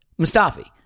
Mustafi